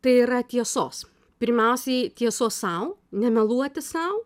tai yra tiesos pirmiausiai tiesos sau nemeluoti sau